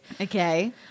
Okay